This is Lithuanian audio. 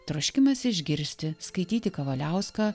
troškimas išgirsti skaityti kavaliauską